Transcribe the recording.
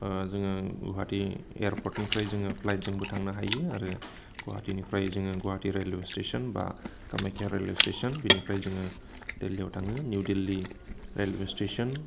जोङो गुवाहाटि एयारपर्टनिफ्राय जोङो फ्लाइटजोंबो थांनो हायो आरो गुवाहाटिनिफ्राय जोङो गुवाहाटि रेलवे स्टेसन बा कामाख्या रेलवे स्टेसन बिनिफ्राय जोङो दिल्लीयाव थाङो निउ दिल्ली रेलवे स्टेसन